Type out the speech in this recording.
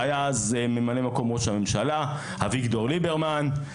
שהיה אז ממלא מקום ראש הממשלה; אביגדור ליברמן;